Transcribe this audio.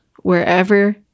Wherever